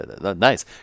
nice